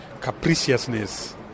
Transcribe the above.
capriciousness